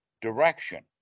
direction